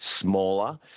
smaller